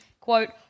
quote